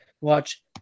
watch